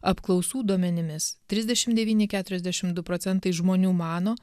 apklausų duomenimis trisdešimt devyni keturiasdešimt du procentai žmonių mano